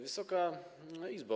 Wysoka Izbo!